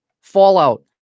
Fallout